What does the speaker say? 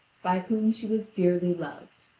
by whom she was dearly loved.